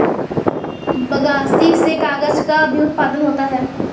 बगासी से कागज़ का भी उत्पादन होता है